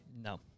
no